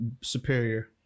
superior